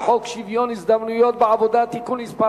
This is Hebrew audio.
חוק שוויון ההזדמנויות בעבודה (תיקון מס'